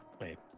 Wait